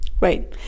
Right